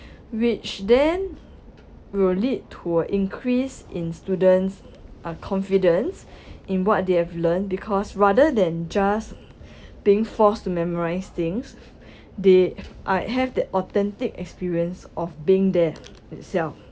which then will lead to a increase in students uh confidence in what they have learnt because rather than just being forced to memorize things they uh have the authentic experience of being there itself